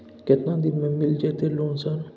केतना दिन में मिल जयते लोन सर?